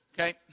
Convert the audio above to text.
Okay